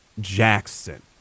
jackson